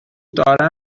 دارم